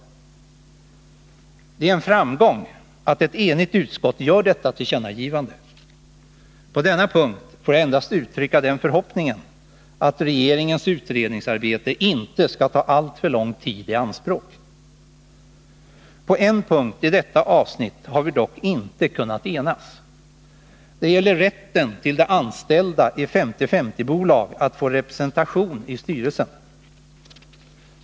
Det är en framgång att ett enigt utskott gör detta tillkännagivande. På denna punkt får jag endast uttrycka den förhoppningen att regeringens utredningsarbete inte skall ta alltför lång tid i anspråk. På en punkt i detta avsnitt har vi dock inte kunnat enas. Det gäller rätten för de anställda i 50/50-bolag att få representation i styrelsen.